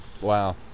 Wow